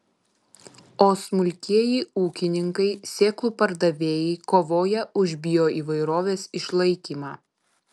o smulkieji ūkininkai sėklų pardavėjai kovoja už bioįvairovės išlaikymą